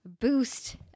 boost